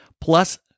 Plus